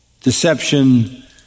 deception